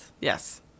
Yes